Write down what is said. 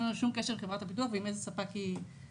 אין לנו קשר עם חברת הביטוח ועם איזה ספק היא מתקשרת.